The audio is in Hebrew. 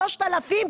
3,000 שקל,